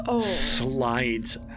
slides